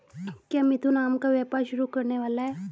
क्या मिथुन आम का व्यापार शुरू करने वाला है?